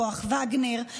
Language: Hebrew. כוח וגנר,